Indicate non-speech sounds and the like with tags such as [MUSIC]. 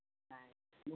[UNINTELLIGIBLE]